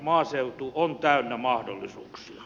maaseutu on täynnä mahdollisuuksia